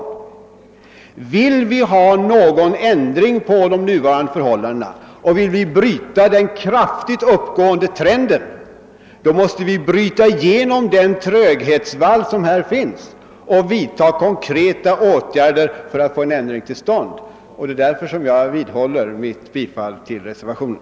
Men vill vi ha någon ändring på de nuvarande förhållandena och vill vi bryta den kraftigt uppåtgående trenden, måste vi bryta igenom den tröghetsvall som finns och vidta konkreta åtgärder. Jag vidhåller därför mitt yrkande om bifall till reservationen.